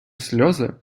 сльози